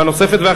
שאלה נוספת,